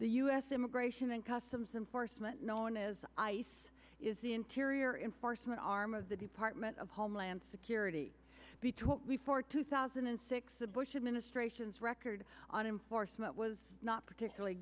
the u s immigration and customs enforcement known as ice is the interior enforcement arm of the department of homeland security between before two thousand and six the bush administration's record on him for some it was not particularly